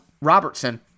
Robertson